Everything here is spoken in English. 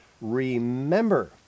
Remember